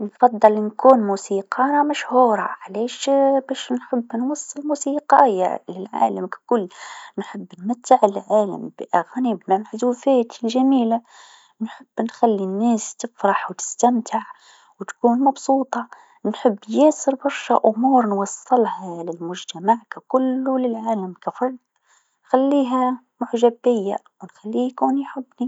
نفضل نكون موسيقاره مشهوره علاش باش نوصل موسيقايا للعالم ككل، نحب نمتع العالم بأغاني بمعزوفات جميله، نحب نخلي الناس تفرح و تستمتع و تكون مبسوطه، نحب نحب ياسر برشا أمور نوصلها للمجتمع ككل و للعالم كفرد نخليه معجب بيا و نخليه يكون يحبني.